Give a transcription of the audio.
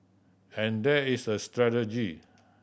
and there is a strategy